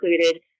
included